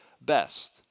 best